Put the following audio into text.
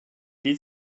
did